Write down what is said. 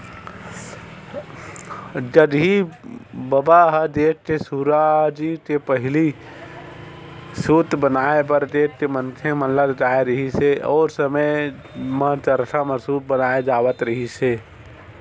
गांधी बबा ह देस के सुराजी के पहिली सूत बनाए बर देस के मनखे मन ल जगाए रिहिस हे, ओ समे म चरखा म सूत बनाए जावत रिहिस हे